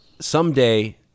someday